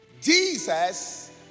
Jesus